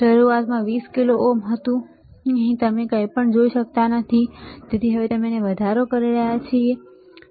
શરૂઆતમાં તે 20 kilo ohm હતું અહીં તમે કંઈપણ જોઈ શકતા નથી તેથી હવે અમે તેને વધારી રહ્યા છીએ બરાબર